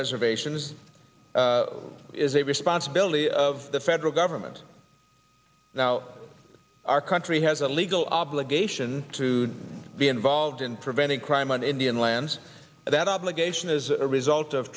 reservations is a responsibility of the federal government now our country has a legal obligation to be involved in preventing crime on indian lands that obligation is a result of